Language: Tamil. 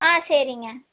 ஆ சரிங்க